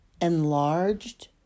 enlarged